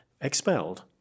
expelled